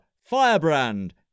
firebrand